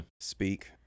speak